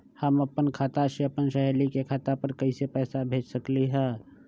हम अपना खाता से अपन सहेली के खाता पर कइसे पैसा भेज सकली ह?